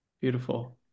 Beautiful